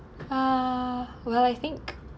uh well I think